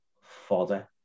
fodder